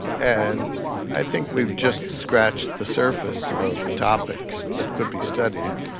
and i think we've just scratched the surface of topics that could be studied.